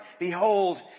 Behold